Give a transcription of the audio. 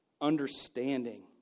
understanding